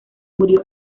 murió